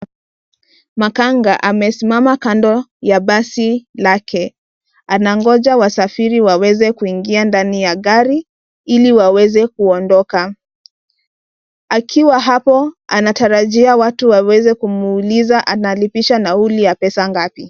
Makanga amesimama kando ya basi lake. Anangoja wasafiri waweze kuingia ndani ya gari ili waweze kuondoka. Akiwa hapo anatarajia watu waweze kumwuliza analipisha nauli ya pesa ngapi.